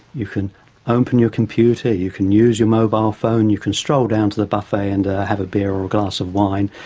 you can open your computer, you can use your mobile phone, you can stroll down to the buffet and have a beer or a glass of wine.